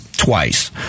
twice